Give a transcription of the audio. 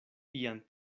ian